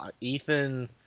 Ethan